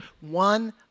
one